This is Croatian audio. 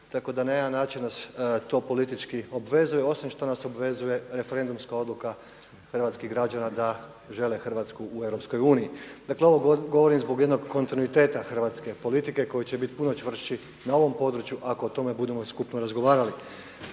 Tako da na jedan način nas to politički obvezuje osim što nas obvezuje referendumska odluka hrvatski građana da žele Hrvatsku u EU. Dakle ovo govorim zbog jednog kontinuiteta hrvatske politike koji će biti puno čvršći na ovom području ako o tome budemo skupno razgovarali.